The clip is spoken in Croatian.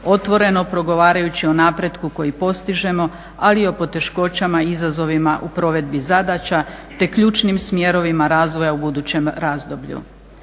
otvoreno progovarajući o napretku koji postižemo, ali i o poteškoćama, izazovima u provedbi zadaća te ključnim smjerovima razvoja u budućem razdoblju.